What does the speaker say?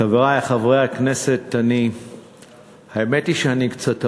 חברי חברי הכנסת, האמת היא שאני קצת המום,